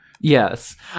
Yes